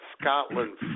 Scotland